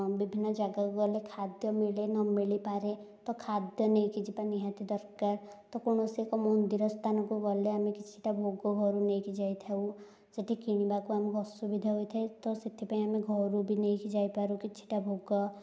ବିଭିନ୍ନ ଜାଗାକୁ ଗଲେ ଖାଦ୍ୟ ମିଳେ ନ ମିଳିପାରେ ତ ଖାଦ୍ୟ ନେଇକି ଯିବା ନିହାତି ଦରକାର ତ କୌଣସି ଏକ ମନ୍ଦିର ସ୍ଥାନକୁ ଗଲେ ଆମେ କିଛିଟା ଭୋଗ ଘରୁ ନେଇକି ଯାଇଥାଉ ସେଇଠି କିଣିବାକୁ ଆମକୁ ଅସୁବିଧା ହୋଇଥାଏ ତ ସେଥିପାଇଁ ଆମେ ଘରୁ ବି ନେଇକି ଯାଇପାରୁ କିଛିଟା ଭୋଗ